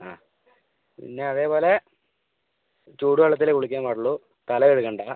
ആ പിന്നെ അതേപോലെ ചൂട് വെള്ളത്തിലേ കുളിക്കാൻ പാടുള്ളൂ തല കഴുകേണ്ട